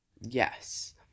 yes